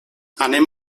anem